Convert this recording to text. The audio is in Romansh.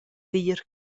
tir